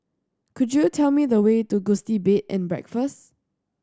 could you tell me the way to Gusti Bed and Breakfast